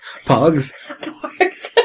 Pogs